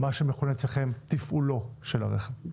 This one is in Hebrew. מה שמכונה אצלכם תפעולו של הרכב.